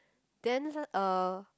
then uh